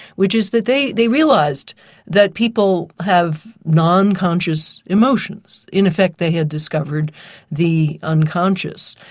which is that they they realised that people have non-conscious emotions in effect they had discovered the unconscious,